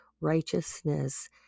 Righteousness